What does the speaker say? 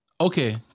Okay